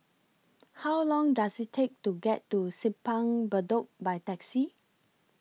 How Long Does IT Take to get to Simpang Bedok By Taxi